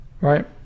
right